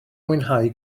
mwynhau